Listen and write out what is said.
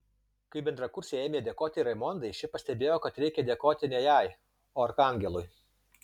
kai bendrakursė ėmė dėkoti raimondai ši pastebėjo kad reikia dėkoti ne jai o arkangelui